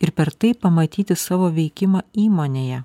ir per tai pamatyti savo veikimą įmonėje